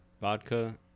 vodka